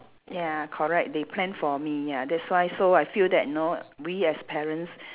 ya correct they plan for me ya that's why so I feel that you know we as parents